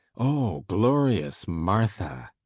oh, glorious martha!